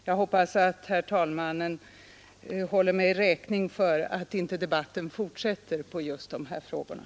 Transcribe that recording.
Jag hoppas att herr talmannen håller mig räkning för att jag inte fortsätter debatten om ståndpunkter som inte finns.